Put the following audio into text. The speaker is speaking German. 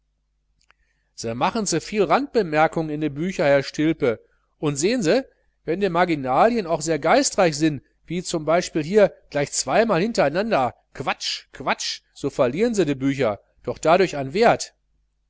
se machen ze viel randbemerkungen in de bücher herr stilpe und sehn se wenn de marginalien auch sehr geistreich sin wie z b hier gleich zweimal hinterenander quatsch quatsch so verliern se de bücher doch dadurch an wert